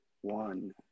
one